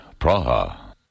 Praha